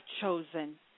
chosen